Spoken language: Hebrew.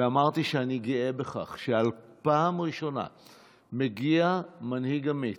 ואמרתי שאני גאה בכך שפעם ראשונה מגיע מנהיג אמיץ,